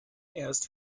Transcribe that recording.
erst